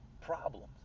problems